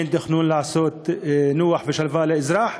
אין תכנון לעשות נוח ולתת שלווה לאזרח.